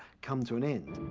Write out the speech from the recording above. come to an end.